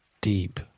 deep